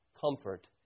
comfort